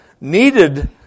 needed